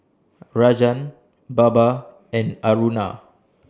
Rajan Baba and Aruna